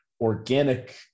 organic